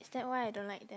is that why I don't like them